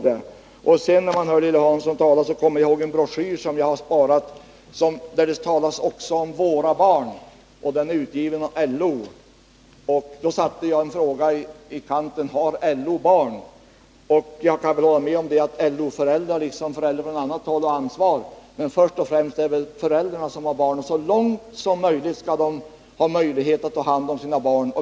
När jag lyssnade till Lilly Hansson kom jag att tänka på vad som stod i en broschyr som jag har sparat och där det också talas om ”våra barn”. Den är utgiven av LO. När jag läste den satte jag ett frågetecken i kanten: Har LO barn? Jag kan hålla med om att LO-föräldrar liksom föräldrar från annat håll har ansvar, men vad det först gäller är att föräldrarna så långt som möjligt skall kunna ta hand om sina barn.